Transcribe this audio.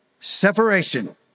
separation